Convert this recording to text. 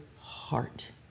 heart